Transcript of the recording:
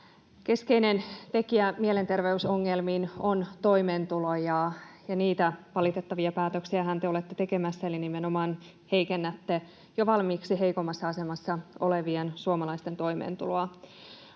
Keskeinen tekijä mielenterveysongelmissa on toimeentulo, ja niitä valitettavia päätöksiähän te olette tekemässä, eli nimenomaan heikennätte jo valmiiksi heikoimmassa asemassa olevien suomalaisten toimeentuloa.